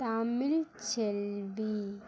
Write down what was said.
Tamilselvi